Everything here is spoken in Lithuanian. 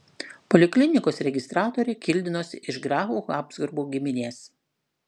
poliklinikos registratorė kildinosi iš grafų habsburgų giminės